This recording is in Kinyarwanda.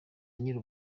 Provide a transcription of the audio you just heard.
nyiri